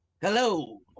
Hello